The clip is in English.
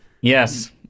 Yes